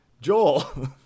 Joel